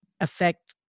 affect